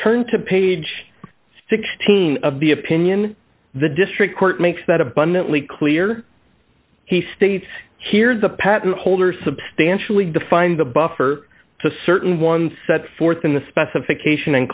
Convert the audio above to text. turn to page sixteen of the opinion the district court makes that abundantly clear he states here's a patent holder substantially defined the buffer to certain one set forth in the specification and